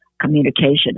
communication